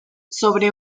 sobre